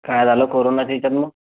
काय झालं कोरोनाच्या याच्यात मग